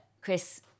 Chris